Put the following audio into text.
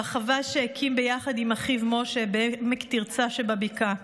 בחווה שהקים ביחד עם אחיו משה בעמק תרצה שבבקעה,